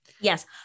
Yes